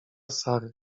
sary